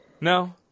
No